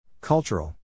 Cultural